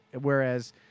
Whereas